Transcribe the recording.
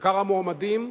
מאגר המועמדים,